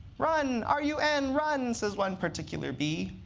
run, r u n, run, says one particular bee.